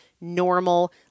normal